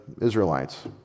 Israelites